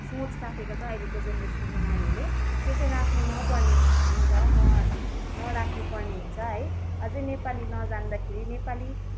सोच राखेको छ अहिलेको जेनेरेसनको नानीहरूले त्यो चाहिँ राख्नु नपर्ने हुन्छ नराख्नु पर्ने हुन्छ है अझै नेपाली नजान्दाखेरि नेपाली